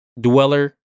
dweller